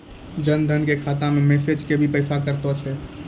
जन धन के खाता मैं मैसेज के भी पैसा कतो छ?